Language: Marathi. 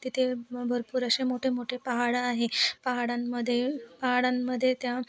तिथे भरपूर असे मोठे मोठे पहाड आहे पहाडांमध्ये पहाडांमध्ये त्या